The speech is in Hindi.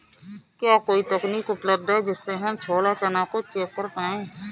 क्या कोई तकनीक उपलब्ध है जिससे हम छोला चना को चेक कर पाए?